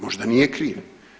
Možda nije kriv.